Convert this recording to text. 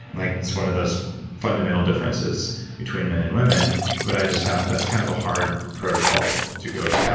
like it's one of those fundamental differences between men and women but i just found, that's kind of a hard protocol to go down, yeah